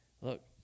Look